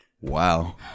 Wow